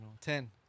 Ten